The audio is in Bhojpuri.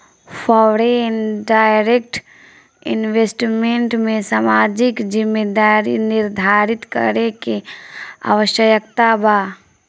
फॉरेन डायरेक्ट इन्वेस्टमेंट में सामाजिक जिम्मेदारी निरधारित करे के आवस्यकता बा